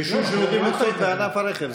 רישוי שירותים מקצועיים בענף הרכב,